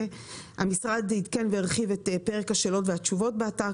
המשרד עדכן והרחיב את פרק השאלות והתשובות באתר,